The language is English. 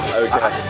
okay